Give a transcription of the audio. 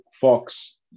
Fox